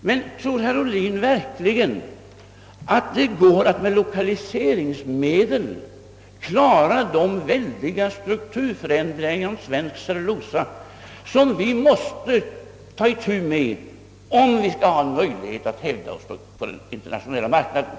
Men tror herr Ohlin verkligen att det går att med lokaliseringsmedel finansiera de väldiga strukturförändringar inom svensk cellulosaindustri, som vi måste genomföra om vi skall ha en möjlighet att hävda oss på den internationella marknaden?